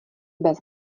bez